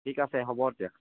ঠিক আছে হ'ব এতিয়া